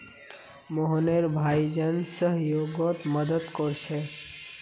मोहनेर भाई जन सह्योगोत मदद कोरछे